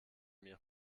mir